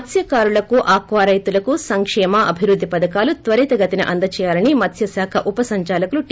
మత్స్కారులకు ఆక్సా రైతులకు సంక్షేమ అభివృద్ధి పధకాలు త్వరితగతిన అందజేయాలని మత్స శాఖ ఉప సంచారికులు టి